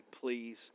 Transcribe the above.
please